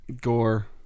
gore